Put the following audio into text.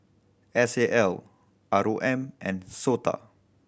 S A L R O M and SOTA